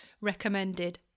recommended